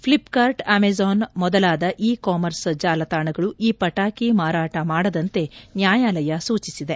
Flipkart Amazon ಮೊದಲಾದ e commerce ಜಾಲತಾಣಗಳು ಈ ಪಟಾಕಿ ಮಾರಾಟ ಮಾಡದಂತೆ ನ್ನಾಯಾಲಯ ಸೂಚಿಸಿದೆ